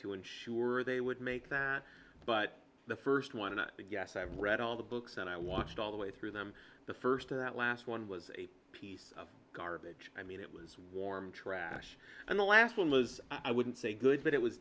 to ensure they would make that but the first one i guess i read all the books and i watched all the way through them the first of that last one was a piece of garbage i mean it was warm trash and the last one was i wouldn't say good but it was